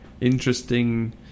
interesting